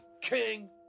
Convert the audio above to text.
king